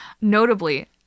Notably